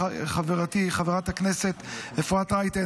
חברתי חברת הכנסת אפרת רייטן.